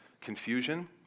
confusion